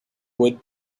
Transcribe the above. would